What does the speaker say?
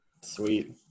Sweet